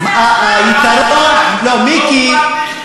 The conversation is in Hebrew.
לא אכפת לי שיגנבו לי את הברקים,